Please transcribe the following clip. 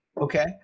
okay